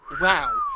wow